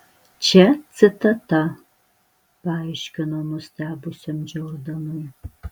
čia citata paaiškino nustebusiam džordanui